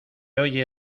oye